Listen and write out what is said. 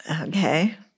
Okay